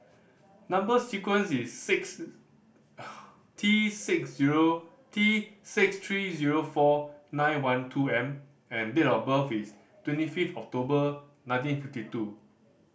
number sequence is six T six zero T six three zero four nine one two M and date of birth is twenty fifth October nineteen fifty two